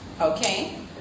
Okay